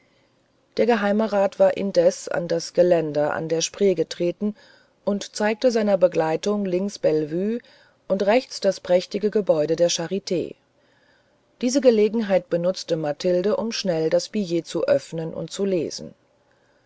der geheimerat war indes an das geländer an der spree getreten und zeigte seiner begleitung links bellevue und rechts das prächtige gebäude der charite diese gelegenheit benutzte mathilde um schnell das billett zu öffnen und zu lesen